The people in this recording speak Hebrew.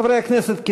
חברי הכנסת,